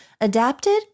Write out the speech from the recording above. Adapted